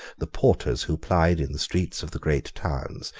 the porters who plied in the streets of the great towns,